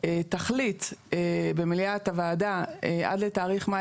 תחליט במליאת הוועדה עד התאריך מאי